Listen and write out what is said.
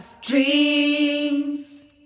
Dreams